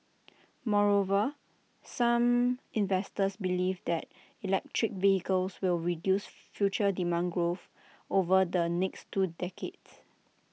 moreover some investors believe that electric vehicles will reduce future demand growth over the next two decades